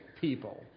people